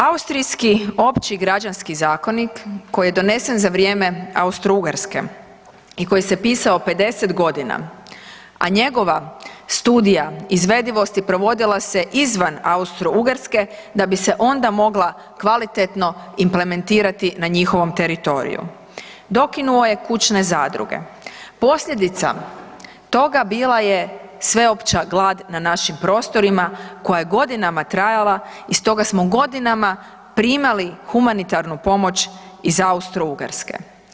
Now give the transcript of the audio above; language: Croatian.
Austrijski opći građanski zakonik koji je donesen za vrijeme Austro-Ugarske i koji se pisao 50 g., a njegova studija izvedivosti provodila se izvan Austro-Ugarske da bi se onda mogla kvalitetno implementirati na njihovom teritoriju dokinuo je kućne zadruge, posljedica toga bila je sveopća glad na našim prostorima koja je godinama trajala i stoga smo godinama primali humanitarnu pomoć iz Austro-Ugarske.